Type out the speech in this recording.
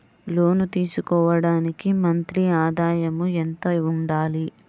లోను తీసుకోవడానికి మంత్లీ ఆదాయము ఎంత ఉండాలి?